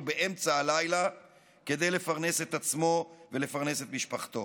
באמצע הלילה כדי לפרנס את עצמו ולפרנס את משפחתו.